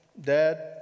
Dad